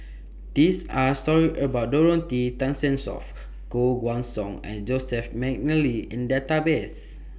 These Are stories about Dorothy Tessensohn Koh Guan Song and Joseph Mcnally in Database